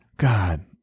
god